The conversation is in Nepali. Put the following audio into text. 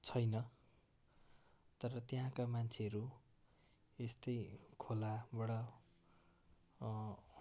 छैन तर त्यहाँका मान्छेहरू यस्तै खोलाबाट